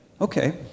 Okay